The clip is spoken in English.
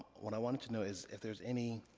what i wanted to know is, if there's any,